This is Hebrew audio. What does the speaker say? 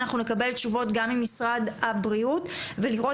אנחנו נקבל תשובות גם ממשרד הבריאות ולראות